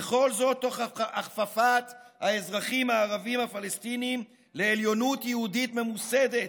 וכל זאת תוך הכפפת האזרחים הערבים הפלסטינים לעליונות יהודית ממוסדת,